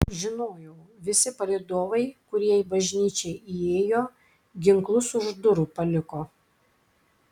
žinojau visi palydovai kurie į bažnyčią įėjo ginklus už durų paliko